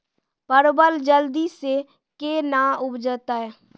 परवल जल्दी से के ना उपजाते?